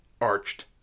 arched